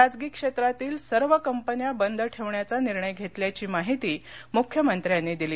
खाजगी क्षेत्रातील सर्व कंपन्या बंद ठेवण्याचा निर्णय घेतल्याची माहिती मुख्मयंत्र्यांनी दिली